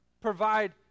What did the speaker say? provide